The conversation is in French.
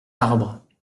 arbres